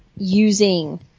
using